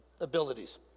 abilities